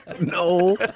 no